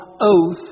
oath